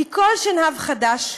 כי כל שנהב חדש,